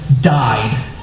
died